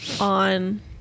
on